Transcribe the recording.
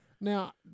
Now